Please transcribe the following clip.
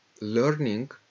learning